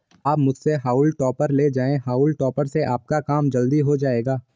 आप मुझसे हॉउल टॉपर ले जाएं हाउल टॉपर से आपका काम जल्दी हो जाएगा